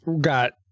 got